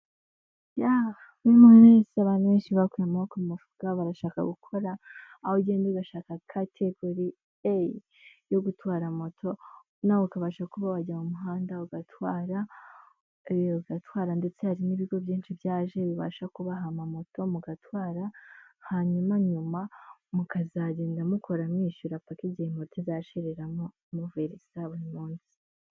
Ya, muri iyi minsi abantu benshi bakuye amoboko mu mifuka barashaka gukora aho ugenda ugashaka kategori eyi yogutwara moto nawe ukabasha kuba wajya mu muhanda ugatwaragatwara ndetse hari n'ibigo byinshi byaje bibasha kubaha ama moto mugatwara hanyuma nyuma mukazagenda mukora mwishyura paka igihe mota izashirramo muverisa buri munsi.